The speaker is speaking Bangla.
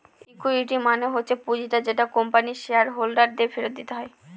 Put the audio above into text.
ইকুইটি মানে হচ্ছে পুঁজিটা যেটা কোম্পানির শেয়ার হোল্ডার দের ফেরত দিতে হয়